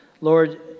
Lord